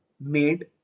made